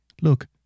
Look